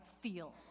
feel